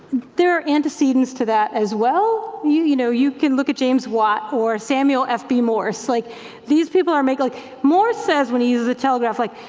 there are antecedents to that as well. you you know you can look at james watt or samuel fb morse. like these people are make, like morse says when he uses a telegraph, like,